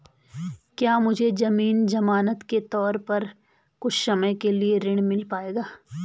क्या मुझे ज़मीन ज़मानत के तौर पर कुछ समय के लिए ऋण मिल पाएगा?